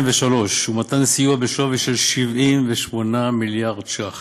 ומתן סיוע בשווי של 78 מיליארד ש"ח